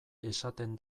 esaten